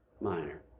minor